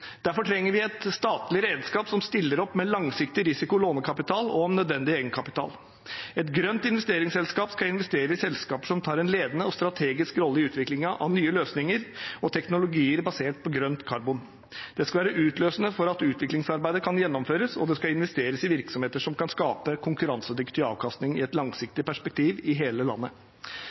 Derfor trenger vi et statlig redskap som stiller opp med langsiktig risiko lånekapital, og om nødvendig egenkapital. Et grønt investeringsselskap skal investere i selskaper som tar en ledende og strategisk rolle i utviklingen av nye løsninger og teknologier basert på grønt karbon. Det skal være utløsende for at utviklingsarbeidet kan gjennomføres, og det skal investeres i virksomheter som kan skape konkurransedyktig avkastning i et langsiktig perspektiv i hele landet.